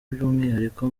by’umwihariko